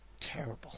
terrible